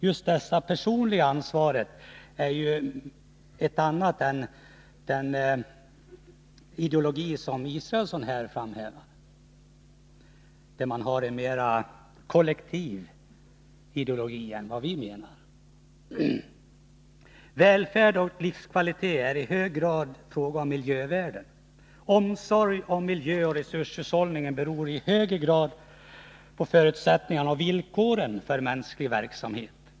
Framhävandet av det personliga ansvaret innebär att vi har en annan ideologi än den som Per Israelsson här företräder. Den har en mera kollektiv inriktning än vi finner önskvärd. Välfärd och livskvalitet är i hög grad en fråga om miljövärden. Omsorg om miljö och resurshushållning avgör i hög grad förutsättningarna och villkoren för mänsklig verksamhet.